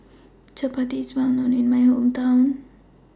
Chapati IS Well known in My Hometown